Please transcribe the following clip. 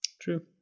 True